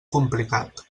complicat